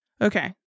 Okay